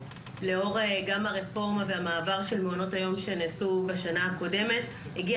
לאור הרפורמה והמעבר של מעונות היום שנעשה בשנה הקודמת הגיע